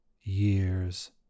years